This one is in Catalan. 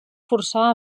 forçar